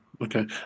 Okay